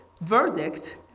verdict